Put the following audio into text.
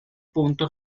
punto